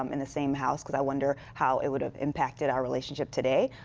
um in the same house because i wonder how it would have impacted our relationship today.